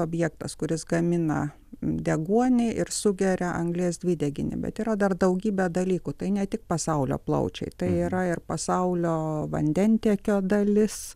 objektas kuris gamina deguonį ir sugeria anglies dvideginį bet yra dar daugybę dalykų tai ne tik pasaulio plaučiai tai yra ir pasaulio vandentiekio dalis